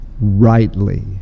rightly